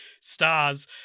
stars